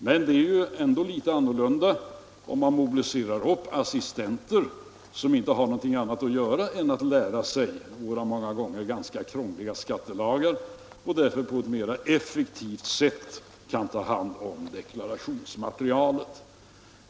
Men det är ändå så att assistenter med uppgift att på heltid sätta sig in i våra många gånger ganska krångliga skattelagar har bättre förutsättningar att på ett mera effektivt sätt ta hand om deklarationsmaterialet.